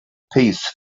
piece